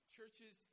Churches